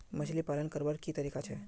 मछली पालन करवार की तरीका छे?